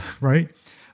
right